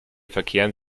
verkehren